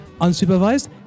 unsupervised